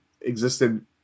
existed